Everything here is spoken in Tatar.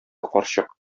карчык